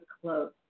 close